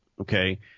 okay